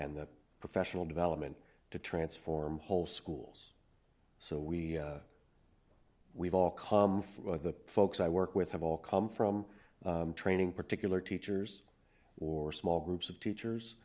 and the professional development to transform whole schools so we we've all come from the folks i work with have all come from training particular teachers or small groups of teachers